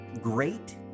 great